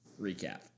recap